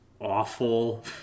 awful